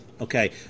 Okay